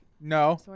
No